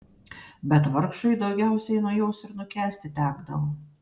bet vargšui daugiausiai nuo jos ir nukęsti tekdavo